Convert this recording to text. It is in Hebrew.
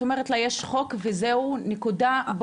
את אומרת לה "יש חוק וזהו, נקודה".